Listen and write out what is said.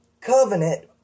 covenant